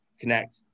connect